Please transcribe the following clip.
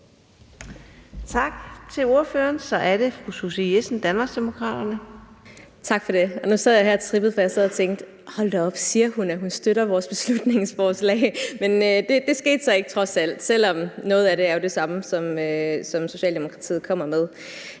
Tak til ordføreren. Så er det fru Susie Jessen, Danmarksdemokraterne. Kl. 15:07 Susie Jessen (DD): Tak for det. Nu sad jeg her og trippede, for jeg sad og tænkte: Hold da op, siger hun, at hun støtter vores beslutningsforslag? Men det skete så trods alt ikke, selv om noget af det jo er det samme, som Socialdemokratiet kommer med.